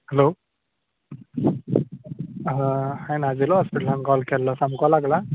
hello हांवें आजिलो हॉस्पिटलान कॉल केल्लो सामको लागला